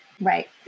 Right